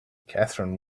catherine